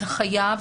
אתה חייב